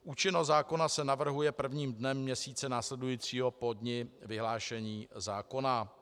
Účinnost zákona se navrhuje prvním dnem měsíce následujícího po dni vyhlášení zákona.